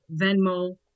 Venmo